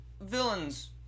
villains